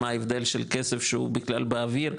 מה ההבדל של כסף שהוא בכלל באוויר,